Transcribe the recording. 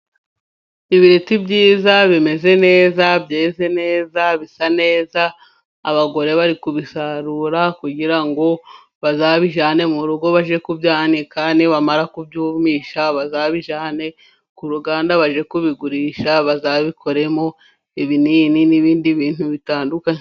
Ibiti byiza bimeze neza byeze neza bisa neza. Abagore bari kubisarura kugira ngo bazabijyanane mu rugo bajye kubyanika nibamara kubyumisha bazabijyane ku ruganda bajye kubigurisha bazabikoremo ibinini n'ibindi bintu bitandukanye.